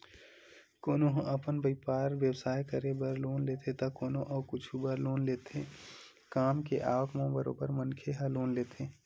कोनो ह अपन बइपार बेवसाय करे बर लोन लेथे त कोनो अउ कुछु बर लोन लेथे काम के आवक म बरोबर मनखे ह लोन लेथे